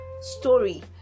story